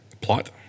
Plot